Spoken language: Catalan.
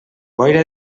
boira